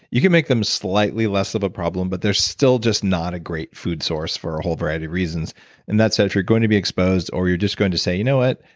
you can make them slightly less of a problem but they're still just not a great food source for a whole variety of reasons and that said, if you're going to be exposed, or you're just going to say, you know what?